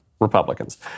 Republicans